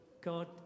God